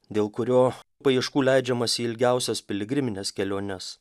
dėl kurio paieškų leidžiamasi į ilgiausias piligrimines keliones